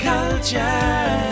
Culture